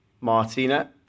Martina